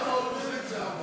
גם האופוזיציה לא באה.